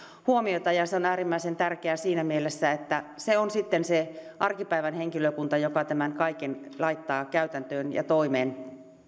huomiota se on äärimmäisen tärkeää siinä mielessä että se on sitten se arkipäivän henkilökunta joka tämän kaiken laittaa käytäntöön ja toimeen